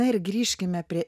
na ir grįžkime prie